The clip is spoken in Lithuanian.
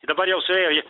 dabar jau suėjo